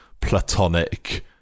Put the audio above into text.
platonic